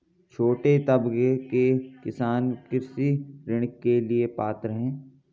छोटे तबके के किसान कृषि ऋण के लिए पात्र हैं?